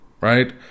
right